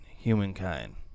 Humankind